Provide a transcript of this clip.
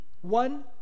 One